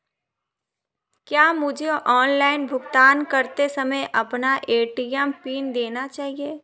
क्या मुझे ऑनलाइन भुगतान करते समय अपना ए.टी.एम पिन देना चाहिए?